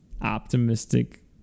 optimistic